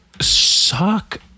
suck